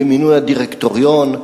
במינוי הדירקטוריון.